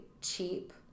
cheap